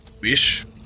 wish